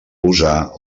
usar